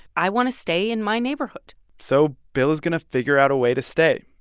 i want to stay in my neighborhood so bill is going to figure out a way to stay.